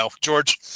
george